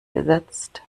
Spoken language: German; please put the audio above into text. gesetzt